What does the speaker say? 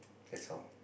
that's all